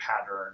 pattern